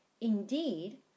Indeed